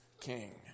King